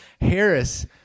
Harris